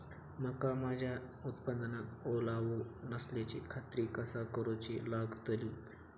मका माझ्या उत्पादनात ओलावो नसल्याची खात्री कसा करुची लागतली?